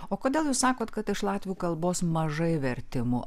o kodėl jūs sakot kad iš latvių kalbos mažai vertimų